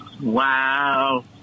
wow